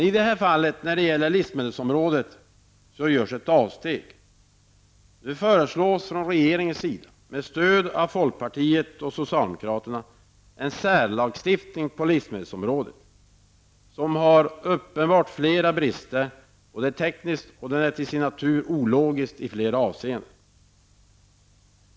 I det här fallet som gäller livsmedelsområdet görs ett avsteg. Med stöd av folkpartiet och socialdemokraterna föreslår regeringen en särlagstiftning på livsmedelsområdet. Förslaget har flera uppenbara brister och lagstiftningen är tekniskt och till sin natur ologisk i flera avseenden.